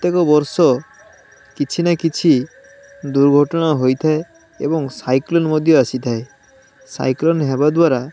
ପ୍ରତ୍ୟେକ ବର୍ଷ କିଛି ନା କିଛି ଦୁର୍ଘଟଣା ହୋଇଥାଏ ଏବଂ ସାଇକ୍ଲୋନ ମଧ୍ୟ ଆସିଥାଏ ସାଇକ୍ଲୋନ ହେବା ଦ୍ବାରା